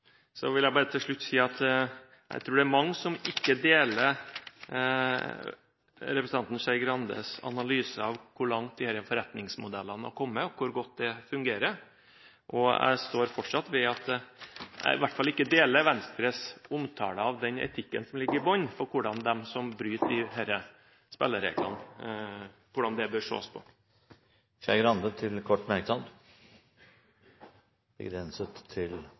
Så vil jeg bare til slutt si at jeg tror det er mange som ikke deler representanten Skei Grandes analyse av hvor langt disse forretningsmodellene har kommet, og hvor godt de fungerer. Jeg står fortsatt ved at jeg i hvert fall ikke deler Venstres omtale av den etikken som ligger i bunnen for hvordan det bør ses på dem som bryter disse spillereglene. Representanten Trine Skei Grande har hatt ordet to ganger og får ordet til en kort merknad, begrenset til